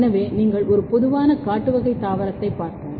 எனவே நீங்கள் ஒரு பொதுவான காட்டு வகை தாவரத்தைப் பார்த்தால்